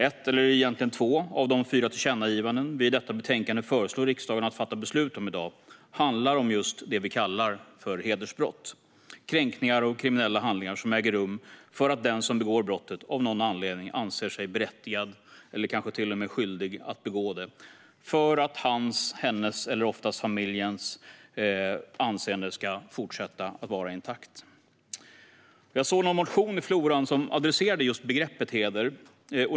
Ett, eller egentligen två, av de fyra tillkännagivanden som vi i detta betänkande föreslår riksdagen att fatta beslut om i dag handlar om just det vi kallar för hedersbrott - kränkningar och kriminella handlingar som äger rum för att den som begår brottet av någon anledning anser sig berättigad eller kanske till och med skyldig att begå det för att hans, hennes eller, oftast, familjens anseende ska förbli intakt. Jag såg någon motion i floran som adresserade just begreppet heder.